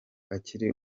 akiri